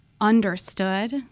understood